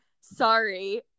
Sorry